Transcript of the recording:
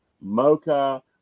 mocha